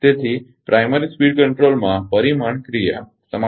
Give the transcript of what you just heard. તેથી પ્રાથમિક ગતિ નિયંત્રણમાં પરિમાણ ક્રિયા સમાપ્ત થઈ ગઈ છે ખરુ ને